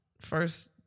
first